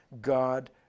God